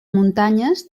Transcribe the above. muntanyes